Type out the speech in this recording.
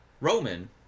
roman